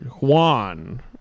Juan